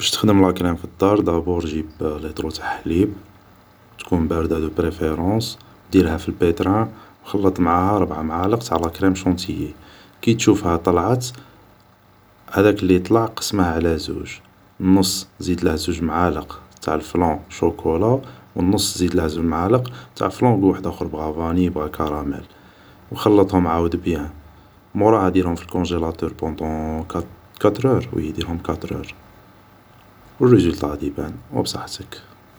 باش تخدم لاكريم في الدار دابور جيب ليطرو تاع حليب تكون باردة دو بريفيرونس ديرها في البيتران و خلط معاها ربع معالق تاع لاكريم شونتيي كي تشوفها طلعت هداك لي طلع أقسمه على زوج نص زيدله زوج معالق تاع الفلون شوكولا والنص زيدله زوج معالق تاع فلون ڨو واحداخر بغى فاني بغى كراميل و خلطهم عاود بيان موراها ديرهم في الكونجيلاتور بوندون كاتر اور وي ديرهم كاتر اور و ريزولتا غادي يبان و بصحتك